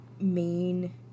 main